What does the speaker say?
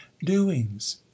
doings